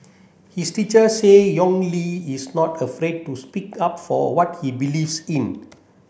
his teacher say Yong Li is not afraid to speak up for what he believes in